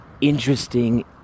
interesting